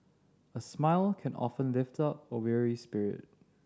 a smile can often lift up a weary spirit